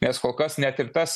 nes kol kas net ir tas